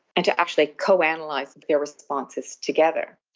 and to actually co-analyse their responses together.